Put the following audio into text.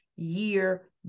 year